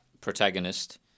protagonist